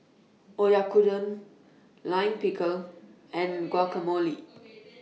Oyakodon Lime Pickle and Guacamole